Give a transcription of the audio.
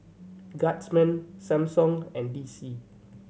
Guardsman Samsung and D C